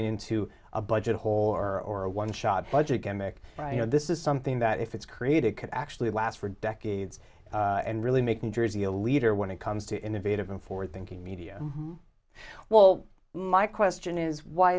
into a budget hole or one shot budget gimmick you know this is something that if it's created could actually last for decades and really make new jersey a leader when it comes to innovative and forward thinking media well my question is why